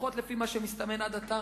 לפחות לפי מה שמסתמן עד עתה,